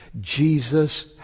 Jesus